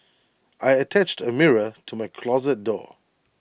I attached A mirror to my closet door